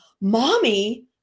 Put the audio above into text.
mommy